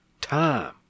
time